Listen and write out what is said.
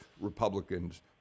Republicans